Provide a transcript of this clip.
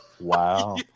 Wow